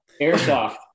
airsoft